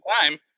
time